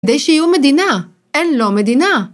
כדי שיהיו מדינה, אין לא מדינה